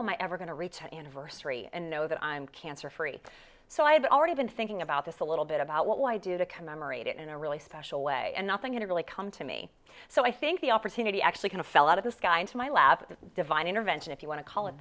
my ever going to reach the anniversary and know that i'm cancer free so i had already been thinking about this a little bit about what will i do to commemorate it in a really special way and nothing in it really come to me so i think the opportunity actually kind of fell out of the sky into my lap divine intervention if you want to call it